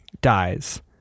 dies